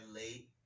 late